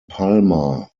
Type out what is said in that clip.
palma